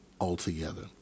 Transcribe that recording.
altogether